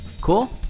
Cool